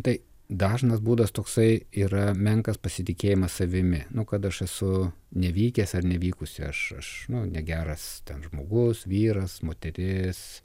tai dažnas būdas toksai yra menkas pasitikėjimas savimi nu kad aš esu nevykęs ar nevykusi aš aš negeras žmogus vyras moteris